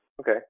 Okay